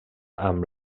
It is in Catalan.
amb